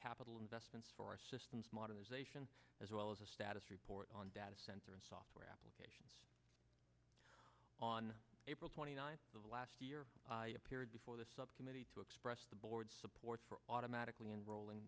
capital investments for our systems modernization as well as a status report on data center and software applications on april twenty ninth of last year appeared before the subcommittee to express the board's support for automatically enrolling